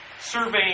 surveying